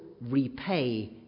repay